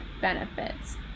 benefits